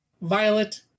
violet